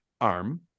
arm